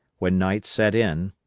when night set in,